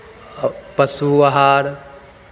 पशु आहार